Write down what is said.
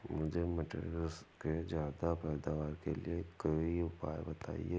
मुझे मटर के ज्यादा पैदावार के लिए कोई उपाय बताए?